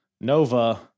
Nova